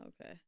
Okay